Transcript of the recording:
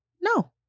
No